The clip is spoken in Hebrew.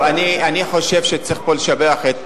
אני חושב שצריך פה לשבח את